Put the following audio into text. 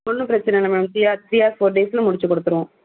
ஒன்றும் பிரச்சன இல்லை ma'am three or three or four டேஸ்ஸில் முடிச்சு கொடுத்துடுவோம்